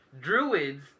Druids